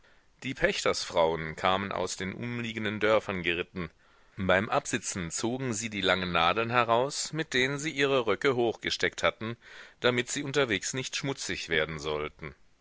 die pächtersfrauen kamen aus den umliegenden dörfern geritten beim absitzen zogen sie die langen nadeln heraus mit denen sie ihre röcke hochgesteckt hatten damit sie unterwegs nicht schmutzig werden sollten